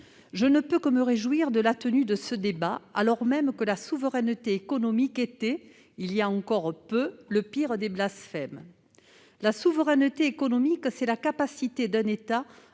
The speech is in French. Je ne peux que me réjouir de la tenue de ce débat, alors même que la souveraineté économique était, il y a encore peu, le pire des blasphèmes. La souveraineté économique, c'est la capacité d'un État